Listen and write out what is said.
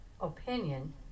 opinion